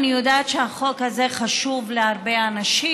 אני יודעת שהחוק הזה חשוב להרבה אנשים,